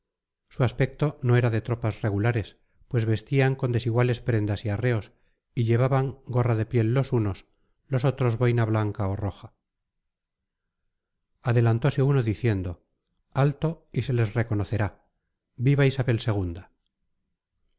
su aspecto no era de tropas regulares pues vestían con desiguales prendas y arreos y llevaban gorra de piel los unos los otros boina blanca o roja adelantose uno diciendo alto y se les reconocerá viva isabel